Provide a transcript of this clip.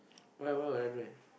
why why would I do that